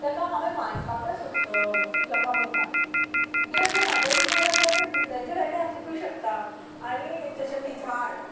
ताका हांवें मांडपाक जाय लोकां मुखार कित्याक जे म्हजे विचार आसात ते दुसऱ्यांचे वेगळे आसुंकूय शकता आनी जशें की झाड